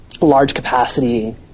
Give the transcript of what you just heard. large-capacity